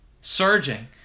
surging